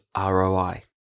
ROI